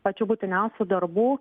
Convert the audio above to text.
pačių būtiniausių darbų